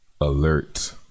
alert